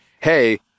hey